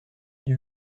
ils